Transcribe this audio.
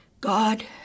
God